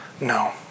No